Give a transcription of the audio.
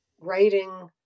writing